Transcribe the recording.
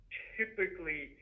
typically